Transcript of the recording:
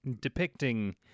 depicting